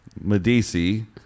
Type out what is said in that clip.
Medici